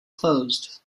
closed